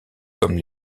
comme